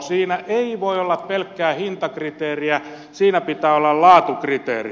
siinä ei voi olla pelkkää hintakriteeriä siinä pitää olla laatukriteeri